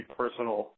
personal